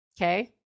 okay